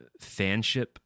fanship